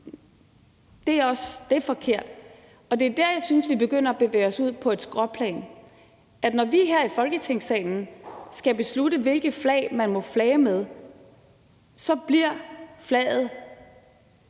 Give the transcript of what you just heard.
også er forkert. Og det er der, jeg synes vi begynder at bevæge os ud på et skråplan, for når vi her i Folketingssalen skal beslutte, hvilke flag man må flage med, så bliver flaget